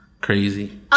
crazy